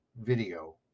video